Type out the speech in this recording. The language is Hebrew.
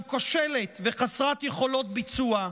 גם כושלת וחסרת יכולות ביצוע.